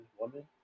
woman